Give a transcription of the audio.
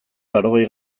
laurogei